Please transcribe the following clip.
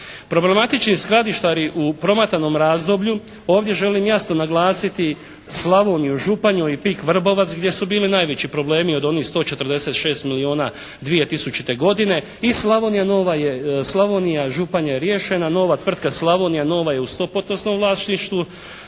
Problematični skladištari u promatranom razdoblju, ovdje želim jasno naglasiti Slavoniju, Županju i PIK Vrbovac gdje su bili najveći problemi od onih 146 milijuna 2000. godine i Slavonija Nova je, Slavonija, Župana je riješena, Nova tvrtka Slavonija, Nova je u stopostotnom vlasništvu